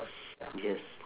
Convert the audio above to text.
yes